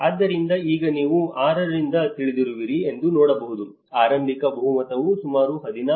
ಆದ್ದರಿಂದ ಈಗ ನೀವು 6 ರಿಂದ ತಿಳಿದಿರುವಿರಿ ಎಂದು ನೋಡಬಹುದು ಆರಂಭಿಕ ಬಹುಮತವು ಸುಮಾರು 16